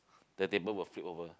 the table will flip over